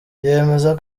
yemeza